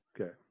okay